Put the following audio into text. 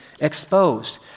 exposed